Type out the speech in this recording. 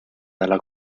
dalla